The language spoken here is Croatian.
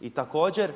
I također,